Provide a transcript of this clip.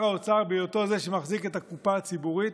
האוצר בהיותו זה שמחזיק את הקופה הציבורית?